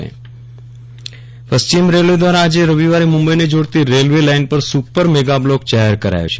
Viral Rana railway megablock પશ્ચિમ railway દ્વારા આજે રવિવારે મુંબઈને જોડતી રેલવે લાઈન પર સુપર મેગાબ્લોક જાહેર કરાયો છે